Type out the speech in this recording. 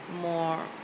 more